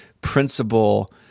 principle